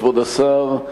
כבוד השר,